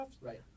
Right